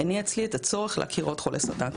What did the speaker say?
הניעה אצלי את הצורך להכיר עוד חולי סרטן צעירים,